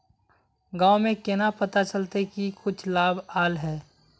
गाँव में केना पता चलता की कुछ लाभ आल है?